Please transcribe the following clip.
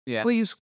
Please